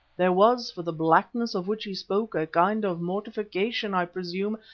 there was, for the blackness of which he spoke, a kind of mortification, i presume,